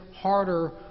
harder